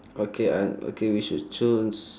okay I okay we should choose